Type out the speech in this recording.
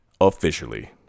officially